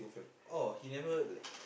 orh he never like